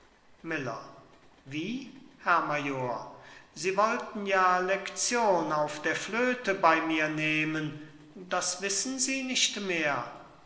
miller wie herr major sie wollten ja lection auf der flöte bei mir nehmen das wissen sie nicht mehr